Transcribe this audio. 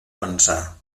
pensar